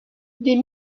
des